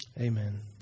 Amen